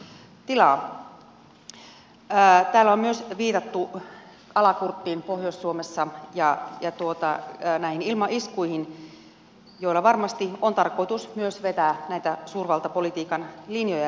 täällä on myös viitattu alakurttiin pohjois suomessa ja ilmaiskuihin joilla varmasti on tarkoitus myös vetää suurvaltapolitiikan linjoja